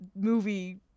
movie